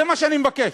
זה מה שאני מבקש.